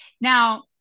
Now